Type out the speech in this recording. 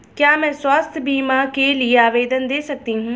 क्या मैं स्वास्थ्य बीमा के लिए आवेदन दे सकती हूँ?